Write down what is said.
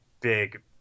big